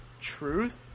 truth